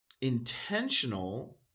intentional